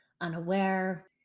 unaware